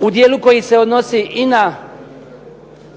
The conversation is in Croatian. u dijelu koji se odnosi i na